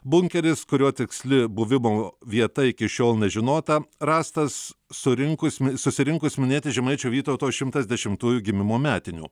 bunkeris kurio tiksli buvimo vieta iki šiol nežinota rastas surinkus susirinkus minėti žemaičio vytauto šimtas dešimtųjų gimimo metinių